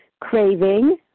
craving